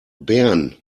bern